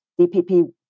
DPP